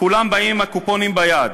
כולם באים עם הקופונים ביד.